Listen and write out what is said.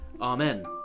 Amen